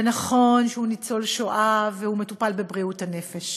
ונכון שהוא ניצול שואה והוא מטופל בבריאות הנפש,